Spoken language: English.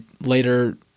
later